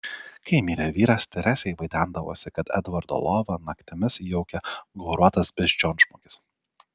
kai mirė vyras teresei vaidendavosi kad edvardo lovą naktimis jaukia gauruotas beždžionžmogis